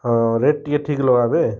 ହଁ ରେଟ୍ ଟିକେ ଠିକ୍ ଲଗାବେ